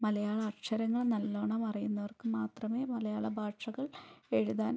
മലയാള അക്ഷരങ്ങൾ നല്ലോണം അറിയുന്നവർക്ക് മാത്രമേ മലയാള ഭാഷകൾ എഴുതാൻ